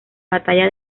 batalla